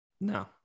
No